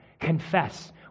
Confess